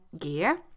Gear